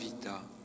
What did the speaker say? vita